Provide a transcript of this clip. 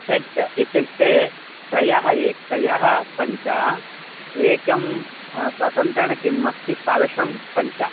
set इत्युक्ते त्रयः A त्रयः पञ्च एकं स्वतन्त्रं किम् अस्ति तादृशं पञ्च